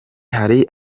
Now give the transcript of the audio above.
hari